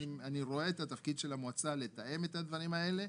אני רואה את התפקיד של המועצה לתאם את הדברים האלה.